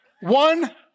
One